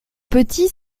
petit